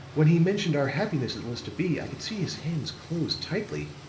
when he mentioned our happiness that was to be, i could see his hands close tightly,